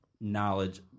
knowledge